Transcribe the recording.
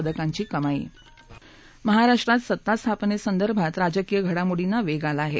पदकांची कमाई महाराष्ट्रात सत्ता स्थापनेसंदर्भात राजकीय घडामोंडीना वेग आला आहे